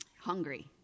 hungry